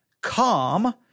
calm